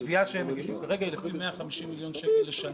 התביעה שהם הגישו כרגע היא לפי 150 מיליון לשנה,